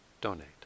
donate